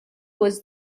was